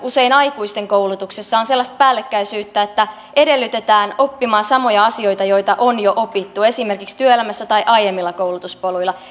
usein aikuisten koulutuksessa on sellaista päällekkäisyyttä että edellytetään oppimaan samoja asioita joita on jo opittu esimerkiksi työelämässä tai aiemmilla koulutuspoluilla